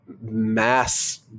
mass